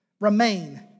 remain